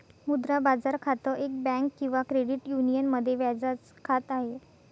मुद्रा बाजार खातं, एक बँक किंवा क्रेडिट युनियन मध्ये व्याजाच खात आहे